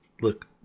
look